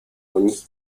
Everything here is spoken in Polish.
moniki